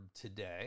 today